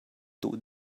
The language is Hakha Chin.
duh